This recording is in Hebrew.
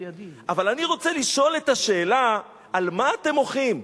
אבל אני רוצה לשאול את השאלה: על מה אתם מוחים?